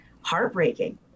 heartbreaking